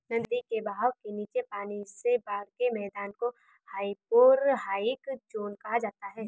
नदी के बहाव के नीचे पानी से बाढ़ के मैदान को हाइपोरहाइक ज़ोन कहा जाता है